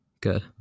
Good